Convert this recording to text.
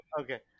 okay